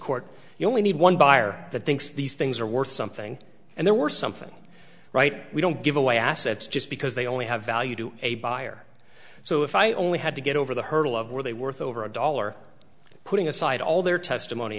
court you only need one buyer that thinks these things are worth something and there were something right we don't give away assets just because they only have value to a buyer so if i only had to get over the hurdle of where they worth over a dollar putting aside all their testimony